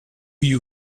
you